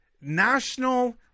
national